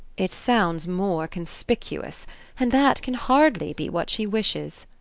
it sounds more conspicuous and that can hardly be what she wishes,